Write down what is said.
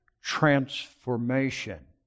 transformation